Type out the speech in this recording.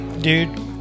Dude